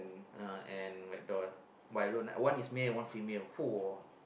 uh and rag doll but I don't one is male and one female !woah!